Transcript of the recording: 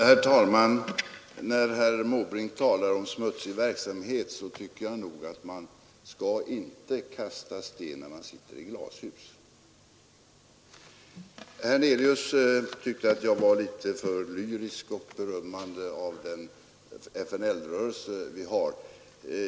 Herr talman! När herr Måbrink talar om smutsig verksamhet vill jag nog säga att man skall inte kasta sten när man sitter i glashus. Herr Hernelius tyckte att jag var litet för lyrisk och berömmande när det gällde den FNL-rörelse vi har.